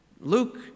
Luke